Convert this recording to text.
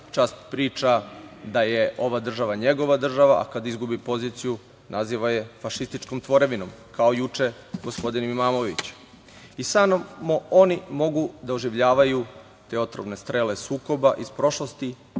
čas priča da je ova država njegova država, a kada izgubi poziciju naziva je fašističkom tvorevinom, kao juče gospodin Imamović, samo oni mogu da oživljavaju te otrovne strele sukoba iz prošlosti,